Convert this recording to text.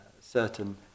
certain